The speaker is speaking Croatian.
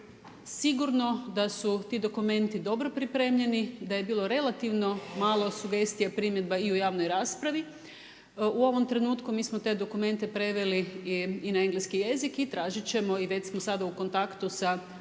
sigurno da su ti dokumenti dobro pripremljeni, da je bilo relativno malo sugestija, primjedba i u javnoj raspravi. U ovom trenutku mi smo te dokumente preveli i na engleski jezik i tražit ćemo i već smo sad u kontaktu sa